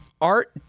Art